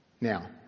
Now